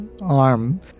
arm